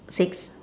six